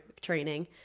training